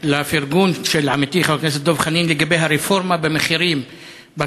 לפרגון של עמיתי חבר הכנסת דב חנין לגבי הרפורמה במחירים בצפון.